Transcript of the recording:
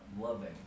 loving